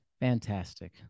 Fantastic